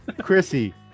Chrissy